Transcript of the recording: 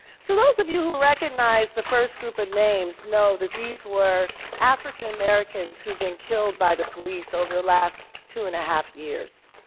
so those of you who recognize the first group of names know that these were african-americans who've been killed by the police over the last two and a half years.